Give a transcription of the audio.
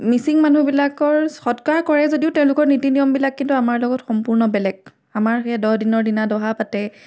মিচিং মানুহবিলাকৰ সৎকাৰ কৰে যদিও তেওঁলোকৰ নীতি নিয়মবিলাক কিন্তু আমাৰ লগত সম্পূৰ্ণ বেলেগ আমাৰ সেয়া দহ দিনৰ দিনা দহা পাতে